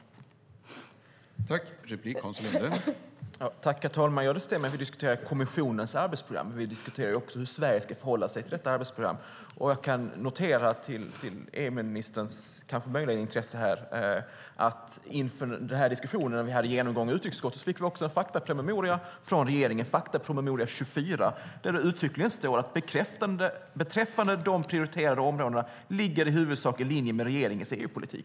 Den ska vi bevara.